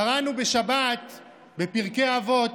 קראנו בשבת בפרקי אבות: